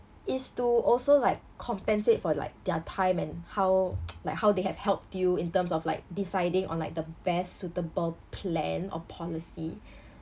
is to also like compensate for like their time and how like how they have helped you in terms of like deciding on like the best suitable plan or policy